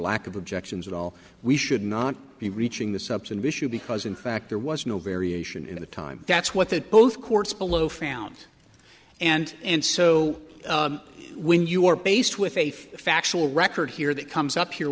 lack of objections at all we should not be reaching the substantive issue because in fact there was no variation in the time that's what the both courts below found and and so when you're based with a factual record here that comes up here